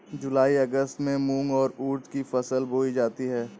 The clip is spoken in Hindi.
जूलाई अगस्त में मूंग और उर्द की फसल बोई जाती है